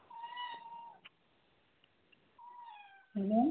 hello